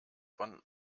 von